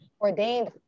ordained